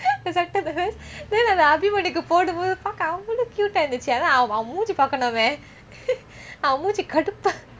the sweater the best then அதெ அபிமன்யுக்கு போடும்போது பாக்க அவளோ:athey abimanyuku podumpothu paake avalo cute ah இருந்துச்சி ஆனா அவன் மூஞ்ச பாக்கணுமே அவன் மூஞ்சி கடுப்பா:irunthuchi aana avan moonju paakanumeh aven moonji kaduppa